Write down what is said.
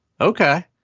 Okay